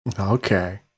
Okay